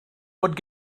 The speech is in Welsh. bod